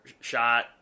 shot